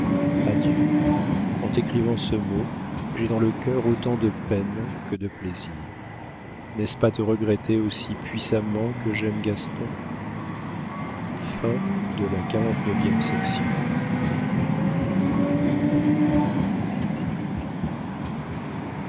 en t'écrivant ce mot j'ai dans le cœur autant de peine que de plaisir n'est-ce pas te regretter aussi puissamment que j'aime gaston